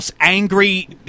Angry